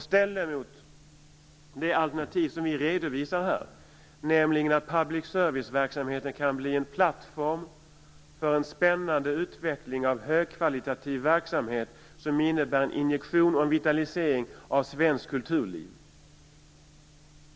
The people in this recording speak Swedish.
Ställ det mot det alternativ som vi redovisar här, nämligen att public service-verksamheten kan bli en plattform för en spännande utveckling av högkvalitativ verksamhet, som innebär en injektion och en vitalisering av svenskt kulturliv.